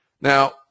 Now